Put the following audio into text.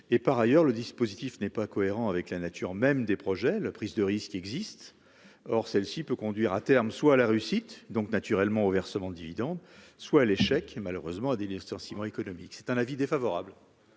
par ailleurs, le dispositif n'est pas cohérent avec la nature même des projets, la prise de risque existe, or celle-ci peut conduire à terme soit la réussite donc naturellement au versement de dividendes, soit l'échec et malheureusement délire sur Simon économique c'est un avis défavorable.